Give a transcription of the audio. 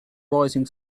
rising